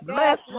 Bless